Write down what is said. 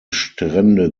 strände